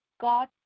God